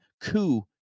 coup